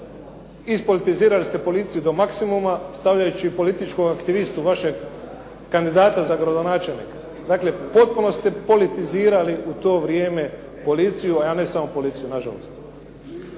Ispolitizirali ste policiju do maksimuma stavljajući političkog aktivistu, vašeg kandidata za gradonačelnika. Dakle, potpuno ste politizirali u to vrijeme policiju, a ne samo policiju nažalost.